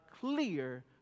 clear